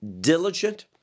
diligent